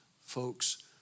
folks